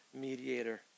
mediator